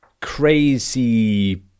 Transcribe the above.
crazy